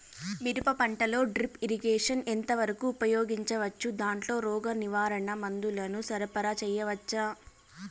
మిరప పంటలో drip irrigation ఎంత వరకు ఉపయోగించవచ్చు, దాంట్లో రోగ నివారణ మందుల ను సరఫరా చేయవచ్చా?